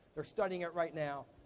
they're studying it right now.